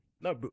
No